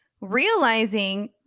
realizing